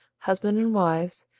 husbands and wives,